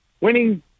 Winning